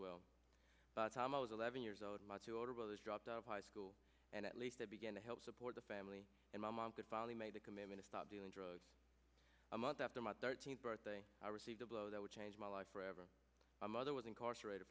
well tom i was eleven years old my two older brothers dropped out of high school and at least begin to help support the family and my mom finally made a commitment to stop doing drugs a month after my thirteenth birthday i received a blow that would change my life forever my mother was incarcerated